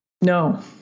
No